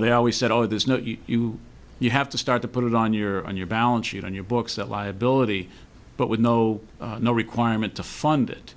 know they always said oh there's no you you have to start to put it on you're on your balance sheet on your books that liability but with no no requirement to fund it